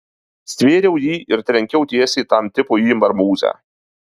stvėriau jį ir trenkiau tiesiai tam tipui į marmūzę